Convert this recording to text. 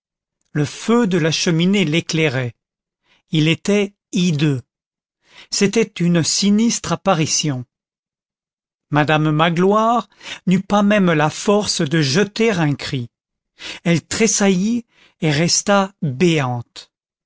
le feu de la cheminée l'éclairait il était hideux c'était une sinistre apparition madame magloire n'eut pas même la force de jeter un cri elle tressaillit et resta béante